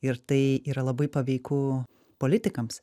ir tai yra labai paveiku politikams